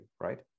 right